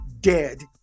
dead